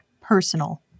personal